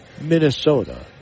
Minnesota